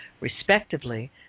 respectively